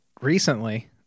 recently